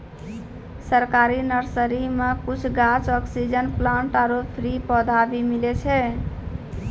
सरकारी नर्सरी मॅ कुछ गाछ, ऑक्सीजन प्लांट आरो फ्री पौधा भी मिलै छै